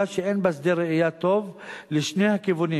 שאין בה שדה ראייה טוב לשני הכיוונים,